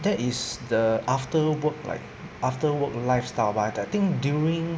that is the after work like after work lifestyle but I think during